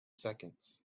seconds